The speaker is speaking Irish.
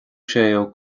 séú